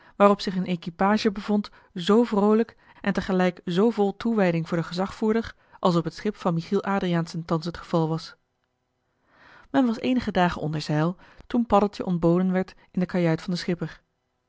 waarop zich een equipage bevond zoo vroolijk en tegelijk zoo vol toewijding voor den gezagvoerder als op het schip van michiel adriaensen thans het geval was men was eenige dagen onder zeil toen paddeltje ontboden werd in de kajuit van den schipper